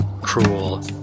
cruel